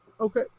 Okay